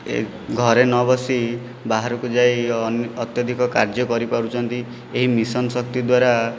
ଏ ଘରେ ନବସି ବାହାରକୁ ଯାଇ ଅତ୍ୟଧିକ କାର୍ଯ୍ୟ କରିପାରୁଛନ୍ତି ଏହି ମିଶନ ଶକ୍ତି ଦ୍ୱାରା